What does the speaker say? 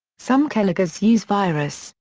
some keyloggers use virus,